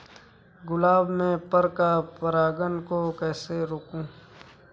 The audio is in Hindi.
गुलाब में पर परागन को कैसे रोकुं?